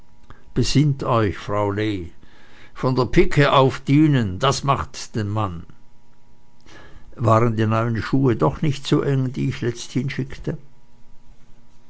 besinnt euch frau lee von der pike auf dienen das macht den mann waren die neuen schuhe doch nicht zu eng die ich letzthin schickte